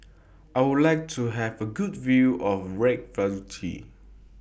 I Would like to Have A Good View of Reykjavik